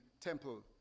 temple